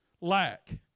lack